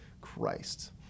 Christ